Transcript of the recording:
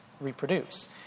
reproduce